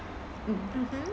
mmhmm